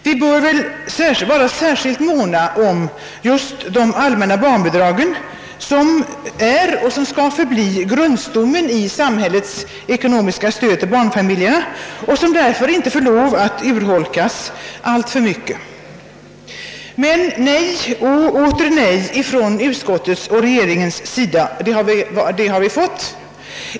Vi bör väl vara särskilt måna just om de allmänna barnbidragen, som är och som skall förbli grundstommen i samhällets ekonomiska stöd till barnfamiljerna och som därför inte får urholkas alltför mycket. Men nej och åter nej har vi fått från regeringen och från utskottet.